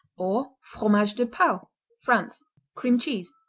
or fromage de pau france cream cheese.